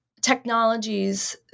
technologies